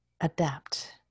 adapt